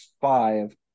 five